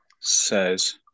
says